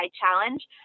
challenge